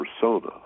persona